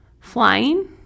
flying